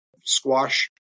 squash